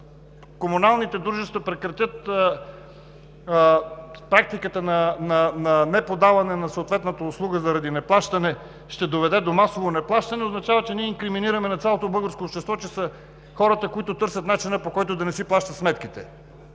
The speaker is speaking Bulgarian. комуналните дружества прекратят практиката на неподаване на съответната услуга заради неплащане, ще доведе до масово неплащане, означават, че ние инкриминираме цялото българско общество, че хората търсят начина, по който да не си плащат сметките.